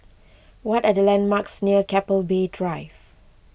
what are the landmarks near Keppel Bay Drive